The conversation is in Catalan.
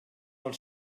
del